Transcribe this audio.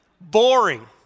Boring